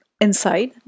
inside